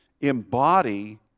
embody